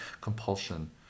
compulsion